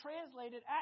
translated